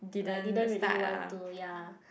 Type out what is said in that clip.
like they didn't really want to ya